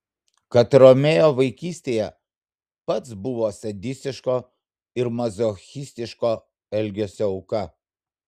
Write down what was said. kad romeo vaikystėje pats buvo sadistiško ir mazochistiško elgesio auka